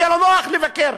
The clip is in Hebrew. שיהיה לו נוח לבקר.